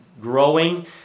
growing